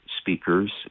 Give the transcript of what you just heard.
speakers